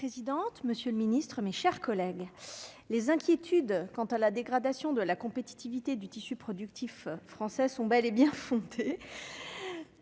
monsieur le ministre, mes chers collègues, les inquiétudes quant à la dégradation de la compétitivité du tissu productif français sont bel et bien fondées.